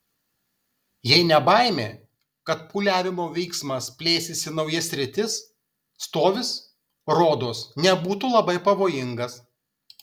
jei ne baimė kad pūliavimo vyksmas plėsis į naujas sritis stovis rodos nebūtų labai pavojingas